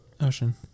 Ocean